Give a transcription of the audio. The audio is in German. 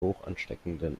hochansteckenden